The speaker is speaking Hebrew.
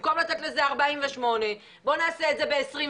במקום לתת לזה 48 בוא נעשה את זה ב-24